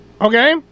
Okay